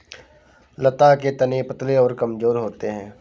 लता के तने पतले और कमजोर होते हैं